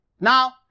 Now